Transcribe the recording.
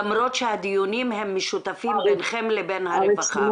למרות שהדיונים הם משותפים ביניכם לבין הרווחה?